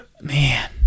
Man